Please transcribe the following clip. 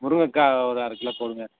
முருங்கக்காய் ஒரு அரைக் கிலோ போடுங்கள்